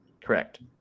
Correct